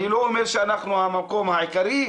אני לא אומר שאנחנו המקום העיקרי,